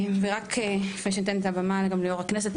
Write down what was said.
ורק לפני שאני אתן את הבמה גם ליושב ראש הכנסת,